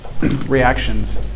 Reactions